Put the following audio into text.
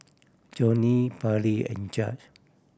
Johnnie Pairlee and Judge